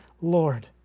Lord